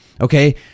okay